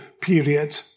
period